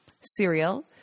cereal